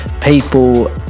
people